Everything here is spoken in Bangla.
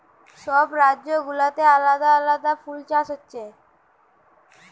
সব রাজ্য গুলাতে আলাদা আলাদা ফুল চাষ হচ্ছে